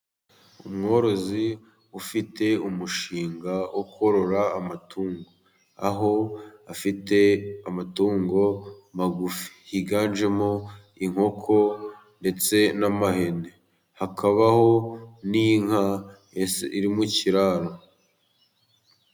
Umworozi ufite umushinga wo korora amatungo. Aho afite amatungo magufi. Higanjemo inkoko, ndetse n'amahene. Hakabaho n'inka iri mu kiraro.